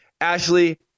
Ashley